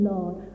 Lord